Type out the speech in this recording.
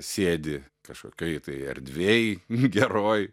sėdi kažkokioj tai erdvėj geroj